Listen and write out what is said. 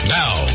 now